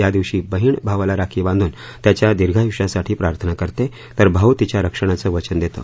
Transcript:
या दिवशी बहीण भावाला राखी बांधून त्याच्या दीर्घायुष्यासाठी प्रार्थना करते तर भाऊ तिच्या रक्षणाचं वचन देतो